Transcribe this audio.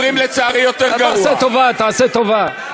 מדברים, לצערי, יותר גרוע, תעשה טובה, תעשה טובה.